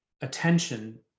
attention